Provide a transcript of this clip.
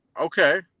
Okay